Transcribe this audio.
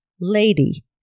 Lady